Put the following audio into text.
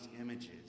images